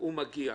הוא מגיע.